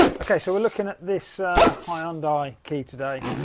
okay, so we're lookin' at this hyundai key today.